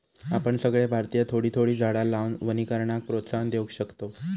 आपण सगळे भारतीय थोडी थोडी झाडा लावान वनीकरणाक प्रोत्साहन देव शकतव